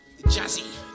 jazzy